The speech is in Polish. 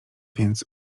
więc